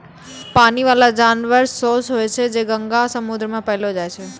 पानी बाला जानवर सोस होय छै जे गंगा, समुन्द्र मे पैलो जाय छै